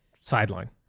sideline